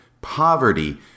poverty